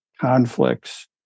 conflicts